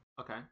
Okay